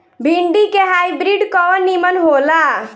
भिन्डी के हाइब्रिड कवन नीमन हो ला?